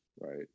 right